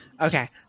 Okay